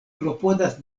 klopodas